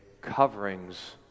coverings